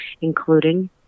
including